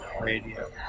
radio